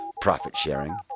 profit-sharing